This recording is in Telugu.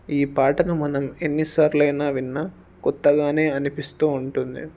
ఈ పాటకు మనం ఎన్నిసార్లైనా విన్న కొత్తగానే అనిపిస్తూ ఉంటుంది